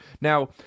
Now